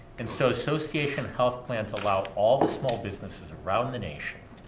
and so, association health plans allow all the small businesses around the nation,